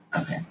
okay